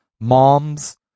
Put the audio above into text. mom's